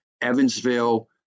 Evansville